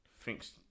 thinks